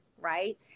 Right